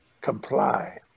comply